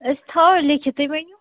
أسۍ تھاوَو لیٚکھِتھ تُہۍ ؤنِو